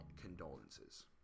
condolences